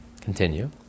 Continue